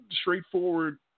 straightforward